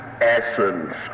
essence